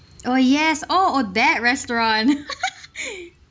oh yes oh oh that restaurant